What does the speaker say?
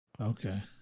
okay